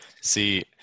See